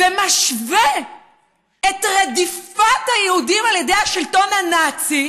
ומשווה את רדיפת היהודים על ידי השלטון הנאצי